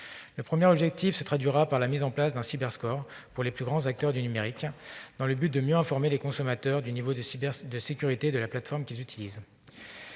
Le premier objectif se traduira par la mise en place d'un Cyber-score pour les plus grands acteurs du numérique, dans le but de mieux informer les consommateurs du niveau de sécurité des plateformes utilisées.